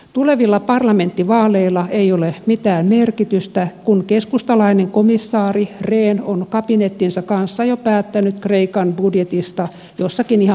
tulevilla parlamenttivaaleilla ei ole mitään merkitystä kun keskustalainen komissaari rehn on kabinettinsa kanssa jo päättänyt kreikan budjetista jossakin ihan muualla